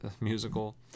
musical